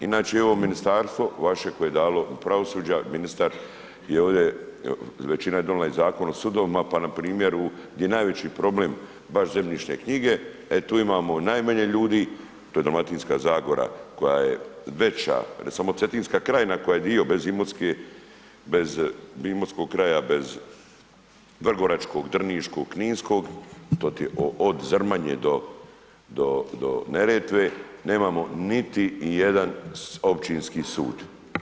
Inače, ovo ministarstvo vaše koje je dalo pravosuđa, ministar je ovdje, većina je donijela i Zakon o sudovima, pa na primjeru gdje je najveći problem baš zemljišne knjige, e tu imamo najmanje ljudi, to je Dalmatinska zagora koja je veća, to je samo Cetinska krajina koja je dio bez imotske, bez imotskog kraja, bez vrgoračkog, drniškog, kninskog, to ti je od Zrmanje do Neretve, nemamo niti jedan općinski sud.